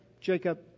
Jacob